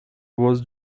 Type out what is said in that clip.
was